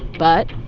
but.